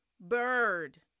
bird